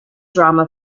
drama